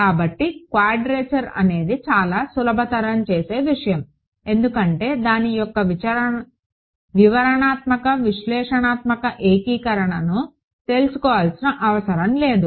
కాబట్టి క్వాడ్రేచర్ అనేది చాలా సులభతరం చేసే విషయం ఎందుకంటే దాని యొక్క వివరణాత్మక విశ్లేషణాత్మక ఏకీకరణను తెలుసుకోవాల్సిన అవసరం లేదు